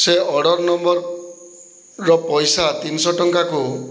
ସେ ଅର୍ଡ଼ର ନମ୍ବରର ପଇସା ତିନିଶହ ଟଙ୍କାକୁ